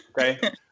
okay